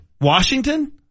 Washington